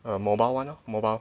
err mobile [one] lor mobile